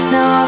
Now